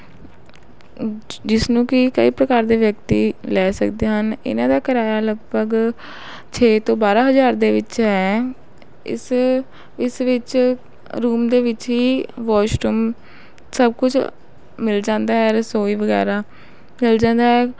ਅ ਜਿਸ ਨੂੰ ਕਿ ਕਈ ਪ੍ਰਕਾਰ ਦੇ ਵਿਅਕਤੀ ਲੈ ਸਕਦੇ ਹਨ ਇਹਨਾਂ ਦਾ ਕਿਰਾਇਆ ਲਗਭਗ ਛੇ ਤੋਂ ਬਾਰਾਂ ਹਜ਼ਾਰ ਦੇ ਵਿੱਚ ਹੈ ਇਸ ਇਸ ਵਿੱਚ ਰੂਮ ਦੇ ਵਿੱਚ ਹੀ ਵਾਸ਼ਰੂਮ ਸਭ ਕੁਝ ਮਿਲ ਜਾਂਦਾ ਹੈ ਰਸੋਈ ਵਗੈਰਾ ਮਿਲ ਜਾਂਦਾ ਹੈ